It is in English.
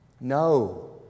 No